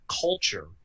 culture